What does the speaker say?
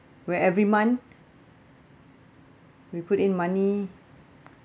where every month we put in money